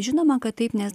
žinoma kad taip nes